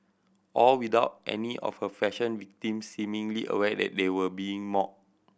all without any of her fashion victims seemingly aware that they were being mocked